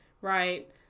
right